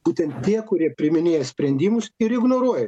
būtent tie kurie priiminėja sprendimus ir ignoruoja